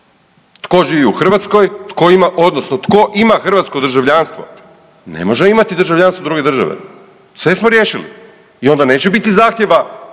tko ima odnosno tko ima hrvatsko državljanstvo ne može imati državljanstvo druge države, sve smo riješili i onda neće biti zahtjeva,